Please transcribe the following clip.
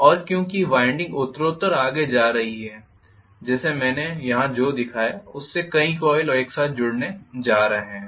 और क्योंकि वाइंडिंग उत्तरोत्तर आगे जा रही है जैसे मैंने यहां जो दिखाया उससे कई कॉइल एक साथ जुड़ने जा रहे हैं